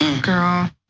girl